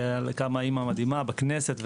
על כמה אמא מדהימה בכנסת,